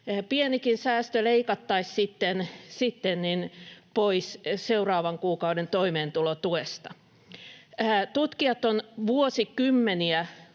pienikin säästö leikattaisiin sitten pois seuraavan kuukauden toimeentulotuesta. Tutkijat ovat vuosikymmeniä